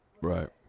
Right